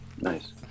nice